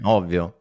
ovvio